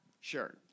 Sure